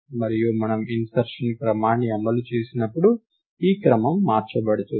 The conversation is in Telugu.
మరియు మనము ఇన్సర్షన్ క్రమాన్ని అమలు చేసినప్పుడు ఈ క్రమం మార్చబడుతుంది